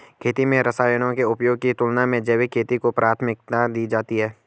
खेती में रसायनों के उपयोग की तुलना में जैविक खेती को प्राथमिकता दी जाती है